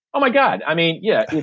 oh my god. i mean, yeah.